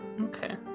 Okay